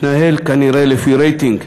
מתנהל כנראה לפי רייטינג,